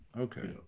Okay